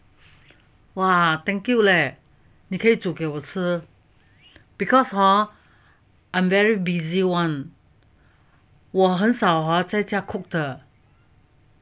!wah! thank you leh 你可以给我吃 because hor I'm very busy one 我很少啊在家 cook 的